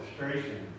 illustration